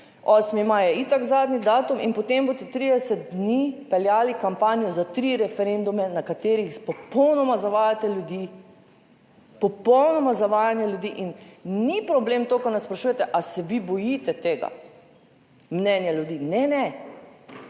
maj je itak zadnji datum in potem boste 30 dni peljali kampanjo za tri referendume, na katerih popolnoma zavajate ljudi in ni problem to, kar nas sprašujete, ali se vi bojite tega mnenja ljudi. Ne, ne,